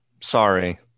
Sorry